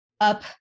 up